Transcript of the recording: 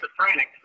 schizophrenic